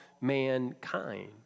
mankind